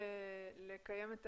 לקיים את